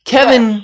Kevin